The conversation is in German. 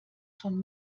schon